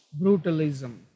Brutalism